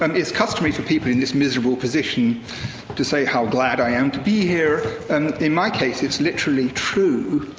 um it's customary for people in this miserable position to say how glad i am to be here. and in my case, it's literally true,